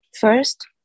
first